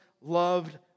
loved